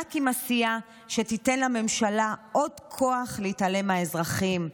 רק עם עשייה שתיתן לממשלה עוד כוח להתעלם מאזרחים,